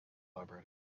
vibrating